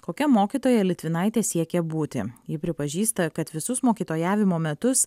kokia mokytoja litvinaitė siekia būti ji pripažįsta kad visus mokytojavimo metus